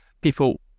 people